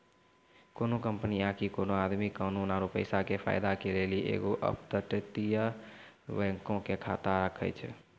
कोनो कंपनी आकि कोनो आदमी कानूनी आरु पैसा के फायदा के लेली एगो अपतटीय बैंको मे खाता राखै छै